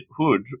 Hood